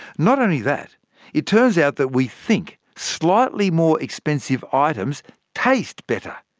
not only that it turns out that we think slightly more expensive items taste better!